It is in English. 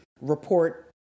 report